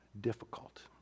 difficult